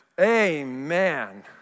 Amen